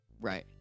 Right